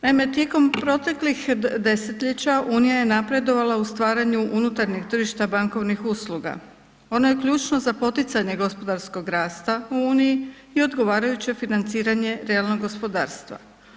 Naime, tijekom proteklih desetljeća unija je napredovala u stvaranju unutarnjeg tržišta bankovnih usluga, ono je ključno za poticanje gospodarskog rasta u uniji i odgovarajuće financiranje realnog gospodarstva.